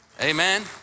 Amen